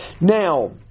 Now